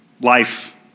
life